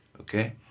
Okay